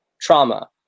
trauma